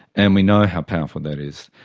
and we know how powerful that is.